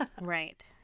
Right